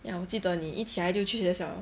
ya 我记得你一起来就去学校了